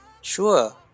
Sure